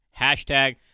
hashtag